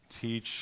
teach